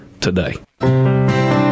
today